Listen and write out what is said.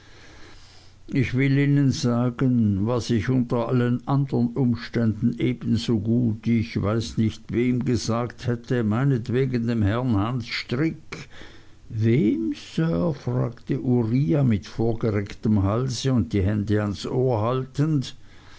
ich will ihnen sagen was ich unter allen andern umständen ebensogut ich weiß nicht wem gesagt hätte meinetwegen dem herrn hans strick wem sir fragte uriah mit vorgerecktem halse und die hände ans ohr haltend